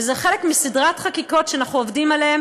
וזה חלק מסדרת חקיקות שאנחנו עובדים עליהן